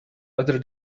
other